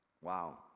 Wow